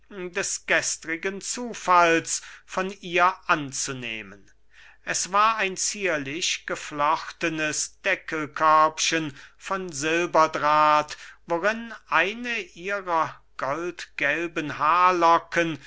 des gestrigen zufalls von ihr anzunehmen es war ein zierlich geflochtnes deckelkörbchen von silberdraht worin eine ihrer goldgelben haarlocken